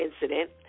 incident